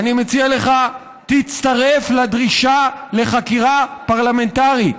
אני מציע לך: תצטרף לדרישה לחקירה פרלמנטרית.